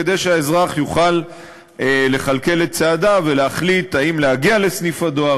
כדי שהאזרח יוכל לכלכל את צעדיו ולהחליט אם להגיע לסניף הדואר,